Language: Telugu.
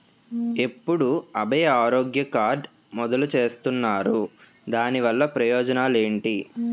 ఎప్పుడు అభయ ఆరోగ్య కార్డ్ మొదలు చేస్తున్నారు? దాని వల్ల ప్రయోజనాలు ఎంటి?